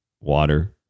water